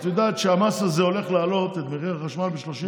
את יודע שהמס הזה הולך להעלות את מחיר החשמל ב-30%?